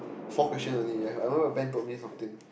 four question only yeah I remembered Ben told me something